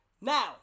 Now